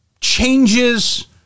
changes